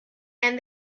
and